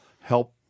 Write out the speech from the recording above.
help